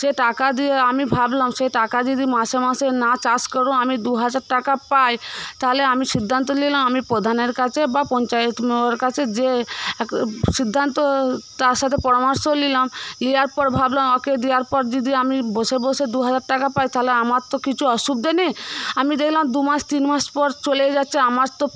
সে টাকা দিয়ে আমি ভাবলাম সে টাকা যদি মাসে মাসে না চাষ করেও আমি দুহাজার টাকা পাই তাহলে আমি সিদ্ধান্ত নিলাম আমি প্রধানের কাছে বা পঞ্চায়েত ম্যামের কাছে যেয়ে এক সিদ্ধান্ত তার সাথে পরামর্শ নিলাম নেওয়ার পর ভাবলাম ওকে দেওয়ার পর যদি আমি বসে বসে দুহাজার টাকা পাই তাহলে আমার তো কিছু অসুবিধে নেই আমি দেখলাম দু মাস তিন মাস পর চলে গেছে আমার তো